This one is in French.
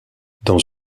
dans